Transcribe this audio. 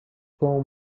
com